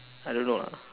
I don't know ah